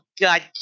god